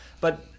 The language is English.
But-